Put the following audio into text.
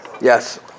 Yes